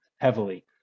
heavily